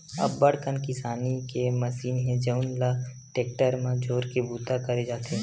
अब्बड़ कन किसानी के मसीन हे जउन ल टेक्टर म जोरके बूता करे जाथे